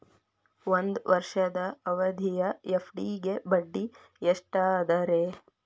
ಒಂದ್ ವರ್ಷದ ಅವಧಿಯ ಎಫ್.ಡಿ ಗೆ ಬಡ್ಡಿ ಎಷ್ಟ ಅದ ರೇ?